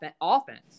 offense